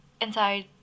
Inside